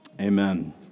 Amen